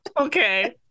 okay